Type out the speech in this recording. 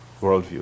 worldview